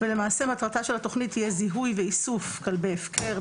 ומטרתה של התוכנית יהיה זיהוי ואיסוף כלבי הפקר,